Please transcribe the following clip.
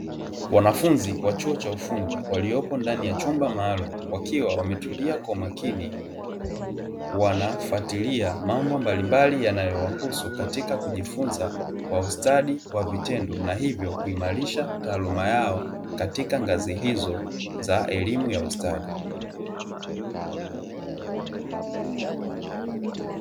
Wanafunzi wa chuo cha ufundi waliyopo ndani ya chumba maalumu wakiwa wametulia kwa umakini, wanafatilia mambo mbalimbali yanayowahusu katika kujifunza kwa ustadi wa vitendo na hivyo kuimarisha taaluma yao katika ngazi hizo za elimu ya ustadi.